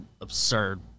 absurd